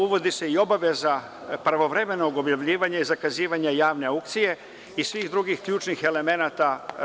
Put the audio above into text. Uvodi se i obaveza blagovremenog objavljivanja i zakazivanja javne aukcije i svih drugih ključnih elemenata.